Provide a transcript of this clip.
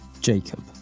Jacob